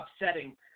upsetting